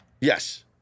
Yes